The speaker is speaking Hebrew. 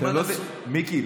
מיקי,